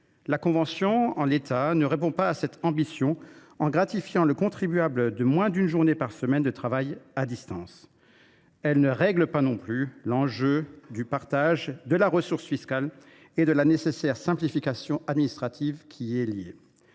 la convention fiscale ne répond pas à cette ambition, car elle ne gratifie le contribuable que de moins d’une journée par semaine de travail à distance. Elle ne règle pas non plus l’enjeu du partage de la ressource fiscale ou celui de la nécessaire simplification administrative. La question